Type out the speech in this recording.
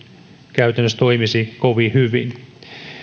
käytännössä toimisi kovin hyvin